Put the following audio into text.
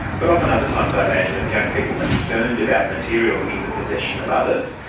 but often other times i imagine it's young people concerned about material in the possession of others.